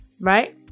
Right